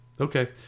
Okay